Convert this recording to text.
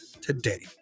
today